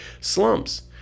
slumps